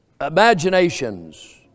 imaginations